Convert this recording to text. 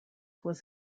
was